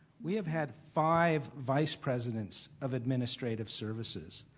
we have had five vice presidents of administrative services.